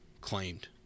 claimed